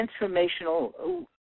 transformational